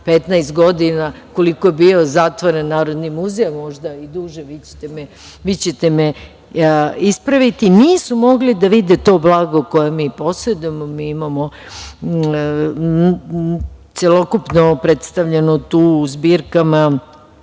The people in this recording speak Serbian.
15 godina koliko je bio zatvoren Narodni muzej, možda i duže, vi ćete ispraviti, nisu mogli da vide to blago koje mi posedujemo. Mi imamo celokupno predstavljeno u zbirkama